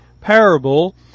parable